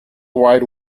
wide